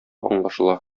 аңлашыла